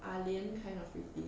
ah lian kind of pretty